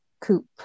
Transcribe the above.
Coop